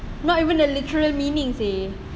not even a literal meaning seh